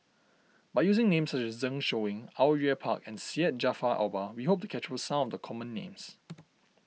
by using names such as Zeng Shouyin Au Yue Pak and Syed Jaafar Albar we hope to capture some of the common names